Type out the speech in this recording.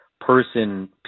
person